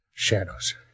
Shadows